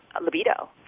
libido